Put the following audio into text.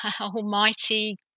almighty